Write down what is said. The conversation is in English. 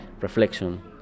reflection